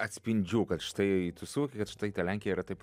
atspindžių kad štai tu suvoki kad štai ta lenkija yra taip